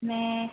में